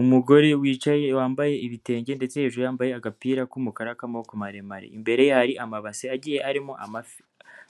Umugore wicaye wambaye ibitenge ndetse hejuru yambaye agapira k'umukara k'amaboko maremare, imbere yari amabasi agiye arimo amafi,